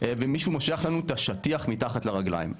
ומישהו מושך לנו את השטיח מתחת לרגליים,